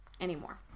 anymore